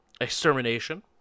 extermination